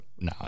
No